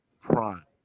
Prime